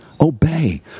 obey